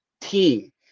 team